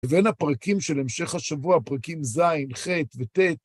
ובין הפרקים של המשך השבוע, פרקים ז', ח' וט'.